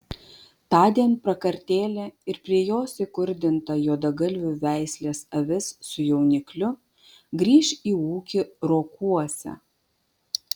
tądien prakartėlė ir prie jos įkurdinta juodagalvių veislės avis su jaunikliu grįš į ūkį rokuose